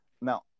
Now